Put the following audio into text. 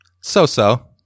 so-so